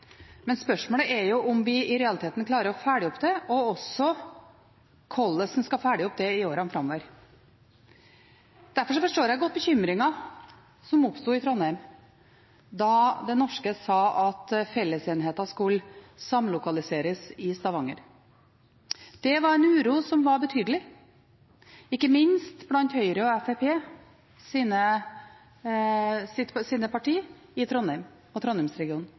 Men spørsmålet er om vi i realiteten klarer å følge det opp, og hvordan man skal følge det opp i årene framover. Derfor forstår jeg godt bekymringen som oppsto i Trondheim da Det norske sa at fellesenheter skulle samlokaliseres i Stavanger. Det var en uro som var betydelig, ikke minst blant Høyres og